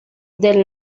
del